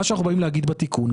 מה שאנחנו באים להגיד בתיקון,